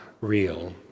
real